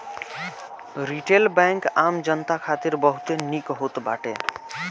retail bank आम जनता खातिर बहुते निक होत बाटे